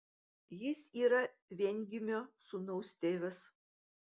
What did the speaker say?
jis yra viengimio sūnaus tėvas